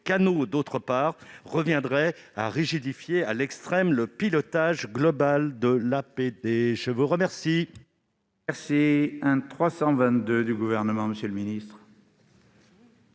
canaux, d'autre part, reviendrait à rigidifier à l'extrême le pilotage global de l'APD. La parole